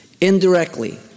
indirectly